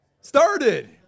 started